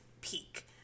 peak